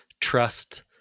trust